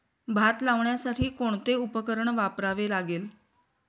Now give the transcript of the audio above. भात लावण्यासाठी कोणते उपकरण वापरावे लागेल?